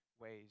ways